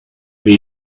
will